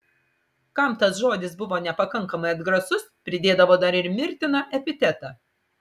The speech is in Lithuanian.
kam tas žodis buvo nepakankamai atgrasus pridėdavo dar ir mirtiną epitetą